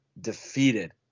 defeated